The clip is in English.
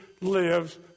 lives